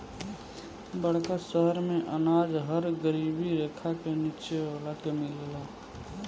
बड़का शहर मेंअनाज हर गरीबी रेखा के नीचे वाला के मिलेला